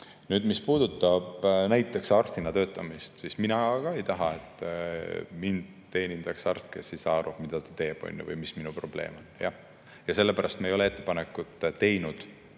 Mis puudutab näiteks arstina töötamist, siis mina ka ei taha, et mind teenindaks arst, kes ei saa aru, mida ta teeb või mis minu probleem on. Sellepärast me ei ole teinud